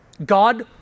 God